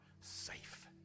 safe